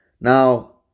Now